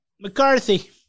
McCarthy